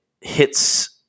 hits